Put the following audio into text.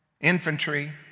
infantry